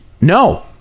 No